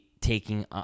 taking